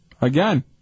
Again